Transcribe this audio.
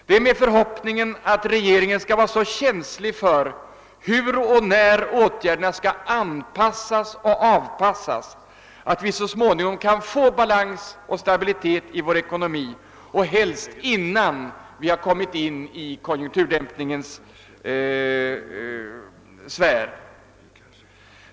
Det är min förhoppning att regeringen skall vara så känslig för hur och när åtgärderna skall anpassas och avpassas, att vi så småningom kan få balans och stabilitet i vår ekonomi, helst innan vi har kommit in i konjunkturdämpningens sfär.